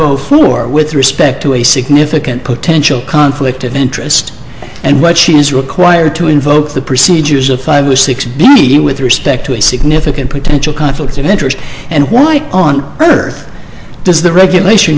zero four with respect to a significant potential conflict of interest and what she is required to invoke the procedures of five or six billion with respect to a significant potential conflict of interest and why on earth does the regulation